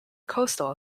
coastal